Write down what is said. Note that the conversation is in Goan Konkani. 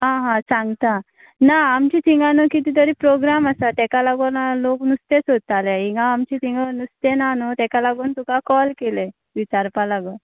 आं हां सांगता ना आमच्या तिंगा न्हय कितें तरी प्रोग्राम आसा ताका लागून लोक नुस्तें सोदतालें हिंगा आमच्या तिगा नुस्तें ना न्हय ताका लागून तुका कॉल केलें विचारपा लागून